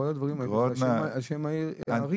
כל הדברים האלה על שם הערים.